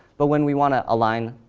but when we want to align,